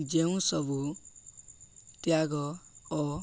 ଯେଉଁସବୁ ତ୍ୟାଗ ଓ